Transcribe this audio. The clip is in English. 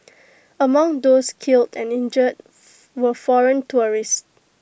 among those killed and injured were foreign tourists